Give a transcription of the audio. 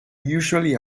usually